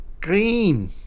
green